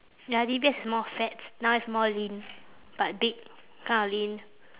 ya D_B_S it's more fats now it's more lean but big kind of lean